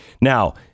Now